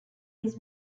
his